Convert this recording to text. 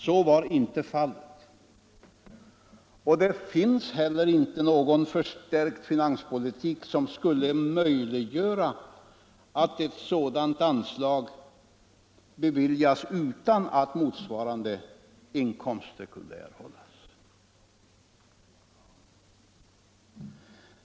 Så var inte fallet, och det finns heller icke någon ”förstärkt” finanspolitik som skulle möjliggöra att ett sådant anslag beviljades utan att motsvarande inkomster kunde erhållas.